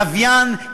ללוויין,